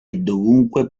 dovunque